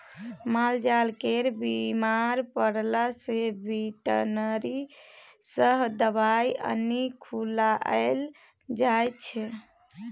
मालजाल केर बीमार परला सँ बेटनरी सँ दबाइ आनि खुआएल जाइ छै